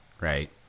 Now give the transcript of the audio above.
right